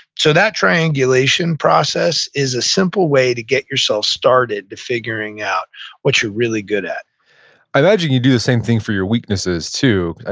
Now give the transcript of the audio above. so that triangulation process is a simple way to get yourself started to figuring out what you're really good at i imagine you'd do the same thing for your weaknesses, too.